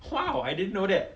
!wow! I didn't know that